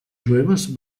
jueves